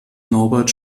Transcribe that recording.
norbert